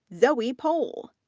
zoe pohl,